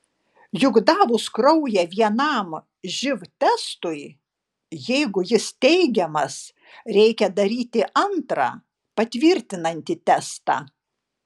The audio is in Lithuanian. juk davus kraują vienam živ testui jeigu jis teigiamas reikia daryti antrą patvirtinantį testą